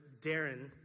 Darren